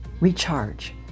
recharge